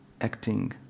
acting